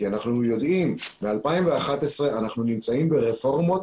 אנחנו יודעים שמ-2011 אנחנו נמצאים ברפורמות